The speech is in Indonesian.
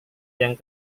yang